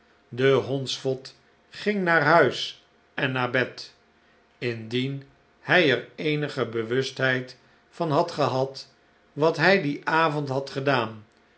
de hondsvot ging naar huis en naar bed indien hij er eenige bewustheid van had gehad wat hij dien avond had gedaan